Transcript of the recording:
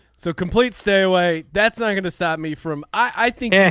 so complete. stay away. that's not going to stop me from i think. yeah